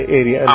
area